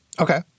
Okay